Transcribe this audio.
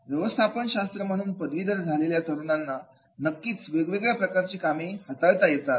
व्यवस्थापन शास्त्र मधून पदवीधर झालेल्या तरूणांना नक्कीच वेगवेगळ्या प्रकारची कामे हाताळता येतात